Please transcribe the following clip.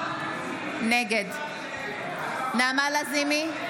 נגד נעמה לזימי,